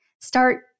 start